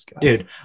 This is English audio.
Dude